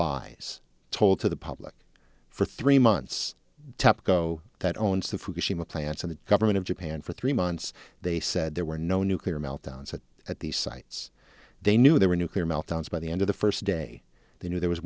lies told to the public for three months tepco that owns the fukushima plant and the government of japan for three months they said there were no nuclear meltdown set at these sites they knew they were nuclear meltdowns by the end of the first day they knew there was